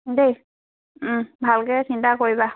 দেই ভালকে চিন্তা কৰিবা